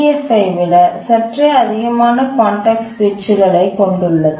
F I விட சற்றே அதிகமான கான்டெக்ஸ்ட் சுவிட்சு களைக் கொண்டுள்ளது